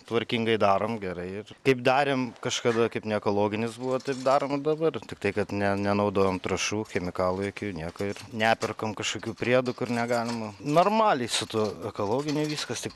tvarkingai darom gerai ir kaip darėm kažkada kaip neekologinis buvo taip darom dabar tiktai kad ne nenaudojam trąšų chemikalų jokių nieko ir neperkam kažkokių priedų kur negalima normaliai su tuo ekologiniu viskas tik